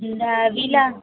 இந்த விழா